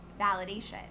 validation